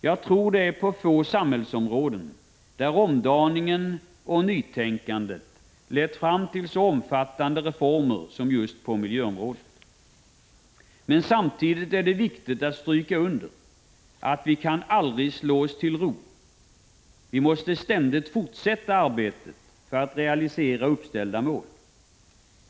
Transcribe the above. Jag tror det är på få samhällsområden som omdaningen och nytänkandet lett fram till så omfattande reformer som just på miljöområdet. Men samtidigt är det viktigt att stryka under att vi aldrig kan slå oss till ro. Vi måste ständigt fortsätta arbetet för att realisera uppställda mål.